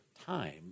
time